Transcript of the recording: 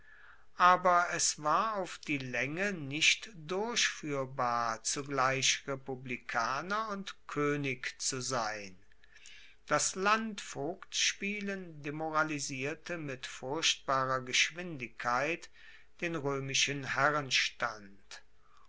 aber es war auf die laenge nicht durchfuehrbar zugleich republikaner und koenig zu sein das landvogtspielen demoralisierte mit furchtbarer geschwindigkeit den roemischen